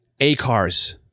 ACARs